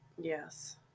Yes